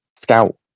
scout